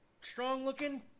strong-looking